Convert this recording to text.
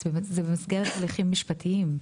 אז זה במסגרת הליכים משפטיים.